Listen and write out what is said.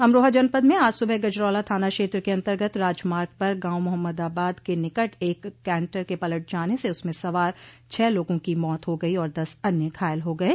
अमरोहा जनपद में आज सुबह गजरौला थाना क्षेत्र के अन्तर्गत राजमार्ग पर गांव मोहम्मदाबाद के निकट एक कंटर के पलट जाने से उसमें सवार छह लोगों की मौत हो गई और दस अन्य घायल हो गये